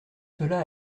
cela